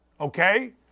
okay